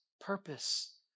purpose